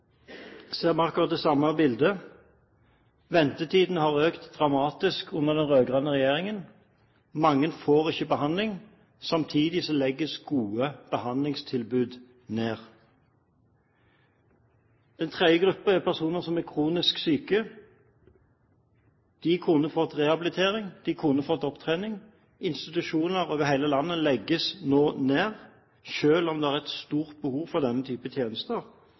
ser man akkurat det samme bildet. Ventetiden har økt dramatisk under den rød-grønne regjeringen. Mange får ikke behandling, samtidig legges gode behandlingstilbud ned. Den tredje gruppen er personer som er kronisk syke. De kunne fått rehabilitering, de kunne fått opptrening. Institusjoner over hele landet legges nå ned, selv om det er et stort behov for denne typen tjenester.